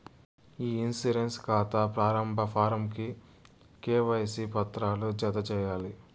ఇ insurance కాతా ప్రారంబ form కి కేవైసీ పత్రాలు జత చేయాలి